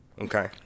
Okay